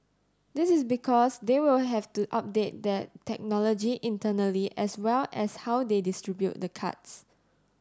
this is because they will have to update their technology internally as well as how they distribute the cards